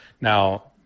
now